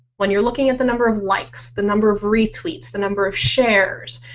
when you're looking at the number of likes, the number of retweets, the number of shares,